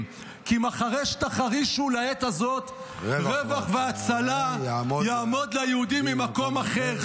כי אם החרש תחרישי בעת הזאת רֶוַח והצלה יעמוד ליהודים ממקום אחר".